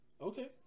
Okay